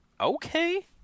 Okay